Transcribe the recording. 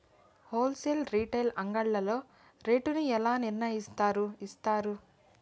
Whole sale retail అంగడ్లలో rate ను ఎలా నిర్ణయిస్తారు యిస్తారు?